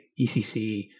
ECC